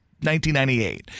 1998